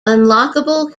unlockable